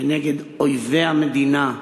כנגד אויבי המדינה,